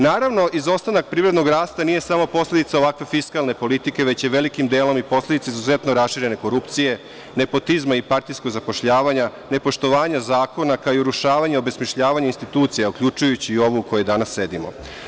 Naravno, izostanak privrednog rasta nije samo posledica ovakve fiskalne politike, već je velikim delom i posledica izuzetno raširene korupcije, nepotizma i partijskog zapošljavanja, nepoštovanja zakona, kao i urušavanje i obesmišljavanje institucija, uključujući i ovu u kojoj danas sedimo.